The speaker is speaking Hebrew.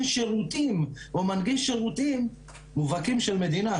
שירותים או מנגיש שירותים מובהקים של מדינה,